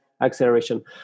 acceleration